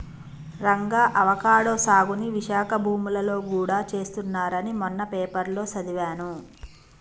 Ranga avocado సాగుని విశాఖ భూములలో గూడా చేస్తున్నారని మొన్న పేపర్లో సదివాను